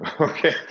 okay